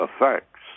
effects